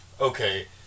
okay